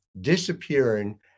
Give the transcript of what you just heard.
disappearing